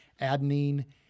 adenine